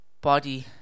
body